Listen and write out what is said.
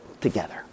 together